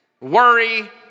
worry